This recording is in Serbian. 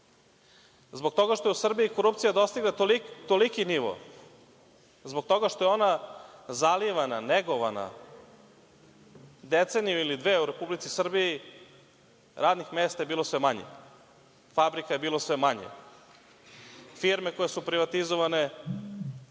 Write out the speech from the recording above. Zbog toga što u Srbiji korupcija dostigne toliki nivo, zbog toga što je ona zalivana, negovana, deceniju ili dve u Republici Srbiji, radnih mesta je bilo sve manje, fabrika je bilo sve manje. Firme koje su privatizovane